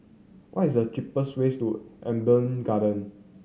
what is the cheapest ways to Amber Garden